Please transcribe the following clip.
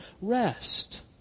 rest